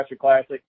Classic